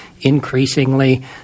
increasingly